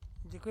Děkuji.